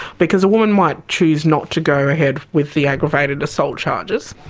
because a woman might choose not to go ahead with the aggravated assault charges,